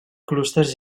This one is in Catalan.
clústers